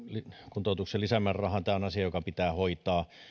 kuntoutuksen lisämäärärahaan tämä on asia joka pitää hoitaa